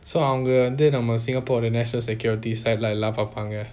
so அவங்க வந்து நம்ம:avanga vanthu namma singapore national security side lah எல்லாம் பார்பாங்க:ellam paapanga